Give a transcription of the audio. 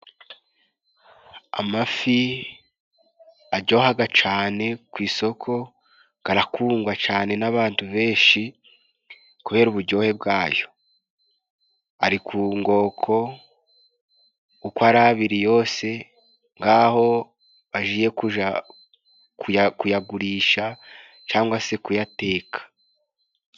Amafi ajyohaga cane, ku isoko garakungwa cane n'abantu benshi kubera ubujyohe bwayo, gari ku ngoko uko ari abiri yose, ngaho bagiye kuja kuyagurisha cangwa se kuyateka.